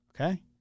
Okay